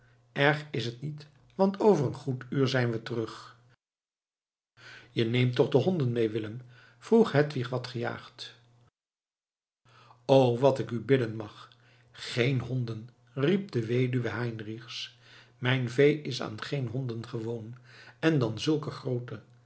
erg is het niet want over een goed uur zijn we terug je neemt toch de honden mee willem vroeg hedwig wat gejaagd o wat ik u bidden mag geen honden riep de weduwe heinrichs mijn vee is aan geen honden gewoon en dan zulke groote